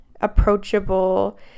approachable